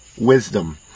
wisdom